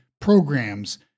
programs